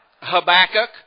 Habakkuk